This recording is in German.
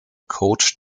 coach